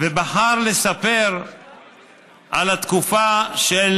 ובחר לספר על התקופה של